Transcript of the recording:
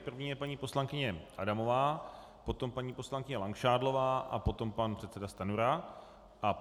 První je paní poslankyně Adamová, potom paní poslankyně Langšádlová a potom pan předseda Stanjura.